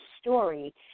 story